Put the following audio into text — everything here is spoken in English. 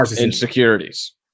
insecurities